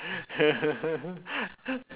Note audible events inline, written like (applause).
(laughs)